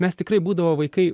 mes tikrai būdavo vaikai